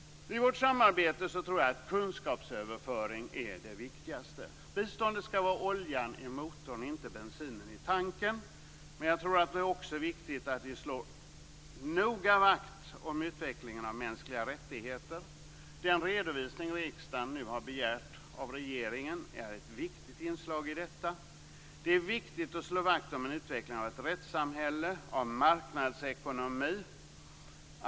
I vårt samarbete tror jag att kunskapsöverföring är det viktigaste. Biståndet skall vara oljan i motorn, inte bensinen i tanken. Men jag tror att det också är viktigt att vi noga slår vakt om utvecklingen av mänskliga rättigheter. Den redovisning riksdagen nu har begärt av regeringen är ett viktigt inslag i detta. Det är viktigt att slå vakt om en utveckling av ett rättssamhälle, av marknadsekonomi.